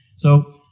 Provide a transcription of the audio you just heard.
so,